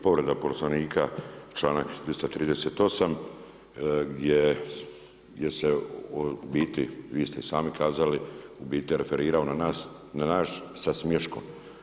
Povreda Poslovnika članak 338. gdje se u biti, vi ste i sami kazali, u biti referirao na nas sa smiješkom.